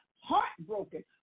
heartbroken